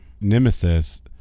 Nemesis